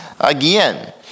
again